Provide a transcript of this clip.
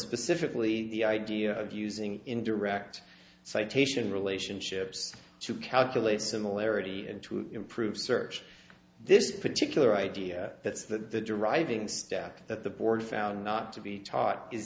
specifically the idea of using indirect citation relationships to calculate similarity and to improve search this particular idea that's that the deriving stack that the board found not to be taught is